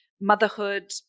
motherhood